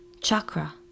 chakra